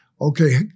okay